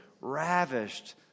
ravished